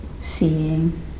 seeing